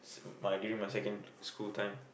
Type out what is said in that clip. my during my secondary school time